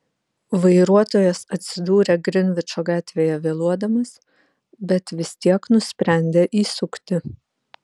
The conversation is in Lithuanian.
vairuotojas atsidūrė grinvičo gatvėje vėluodamas bet vis tiek nusprendė įsukti